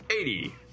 Eighty